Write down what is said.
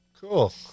cool